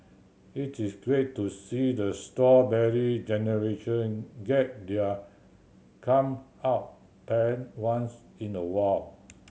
it is great to see the Strawberry Generation get their comeuppance once in a while